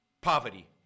poverty